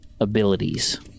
abilities